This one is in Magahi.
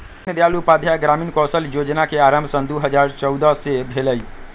दीनदयाल उपाध्याय ग्रामीण कौशल जोजना के आरम्भ सन दू हज़ार चउदअ से भेलइ